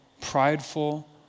prideful